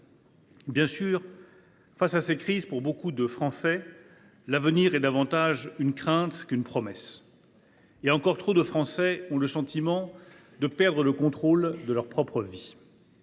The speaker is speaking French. Bien sûr, face à ces crises, pour beaucoup de Français, l’avenir est davantage un objet de crainte qu’une promesse. Encore trop de Français ont le sentiment de perdre le contrôle de leur propre vie.